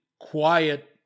quiet